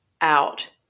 out